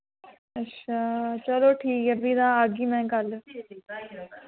अच्छा चलो ठीक ऐ फ्ही तां आगी मैं कल